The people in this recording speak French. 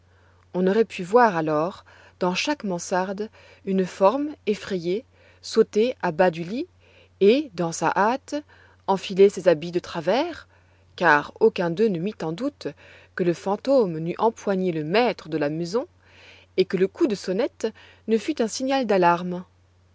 on aurait pu voir alors dans chaque mansarde une forme effrayée sauter à bas du lit et dans sa hâte enfiler ses habits de travers car aucun d'eux ne mit en doute que le fantôme n'eût empoigné le maître de la maison et que le coup de sonnette ne fût un signal d'alarme